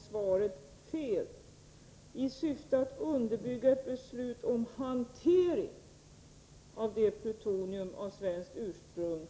I svaret sägs: ”I syfte att underbygga beslut om hantering av det plutonium av svenskt ursprung,